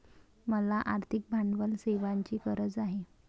मला आर्थिक भांडवल सेवांची गरज आहे